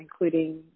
including